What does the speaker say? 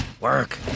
Work